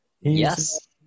Yes